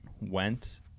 went